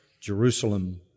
Jerusalem